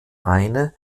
eine